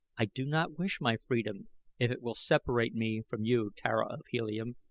i do not wish my freedom if it will separate me from you, tara of helium,